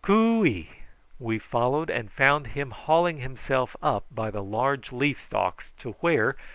cooey we followed and found him hauling himself up by the large leaf-stalks, to where,